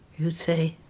you'd say